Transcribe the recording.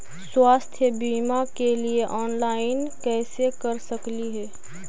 स्वास्थ्य बीमा के लिए ऑनलाइन कैसे कर सकली ही?